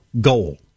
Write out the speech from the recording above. goal